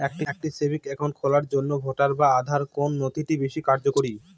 একটা savings account খোলার জন্য ভোটার বা আধার কোন নথিটি বেশী কার্যকরী?